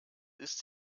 ist